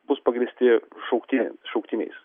bus pagrįsti šauktini šauktiniais